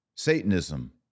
Satanism